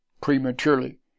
prematurely